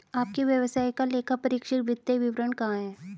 आपके व्यवसाय का लेखापरीक्षित वित्तीय विवरण कहाँ है?